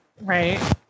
right